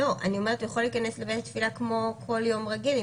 הוא יכול להיכנס לבית תפילה כמו כל יום רגיל,